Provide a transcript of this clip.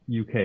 UK